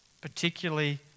particularly